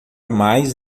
mais